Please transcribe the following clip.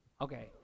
Okay